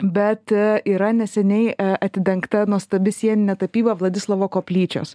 bet yra neseniai atidengta nuostabi sieninė tapyba vladislovo koplyčios